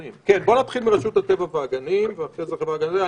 נתחיל מרשות הטבע והגנים ואחרי זה עם החברה להגנת הטבע.